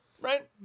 Right